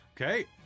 Okay